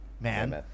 man